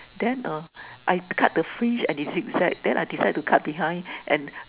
then uh I cut the fridge and it zigzag then I decide to cut behind and